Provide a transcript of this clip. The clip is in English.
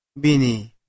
bini